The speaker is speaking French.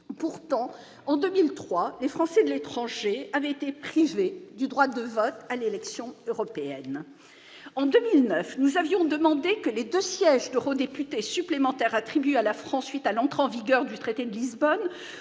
Pourtant en 2003, ces derniers avaient été privés du droit de vote à l'élection européenne. En 2009, nous avions demandé que les deux sièges d'eurodéputés supplémentaires attribués à la France, à la suite de l'entrée en vigueur du traité de Lisbonne,